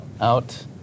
out